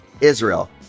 Israel